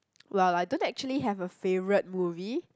well I don't actually have a favourite movie